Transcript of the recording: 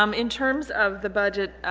um in terms of the budget